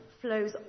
flows